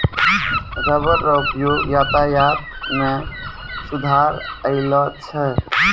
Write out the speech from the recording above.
rubber रो उपयोग यातायात मे सुधार अैलौ छै